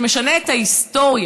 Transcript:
שמשנה את ההיסטוריה,